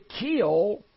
kill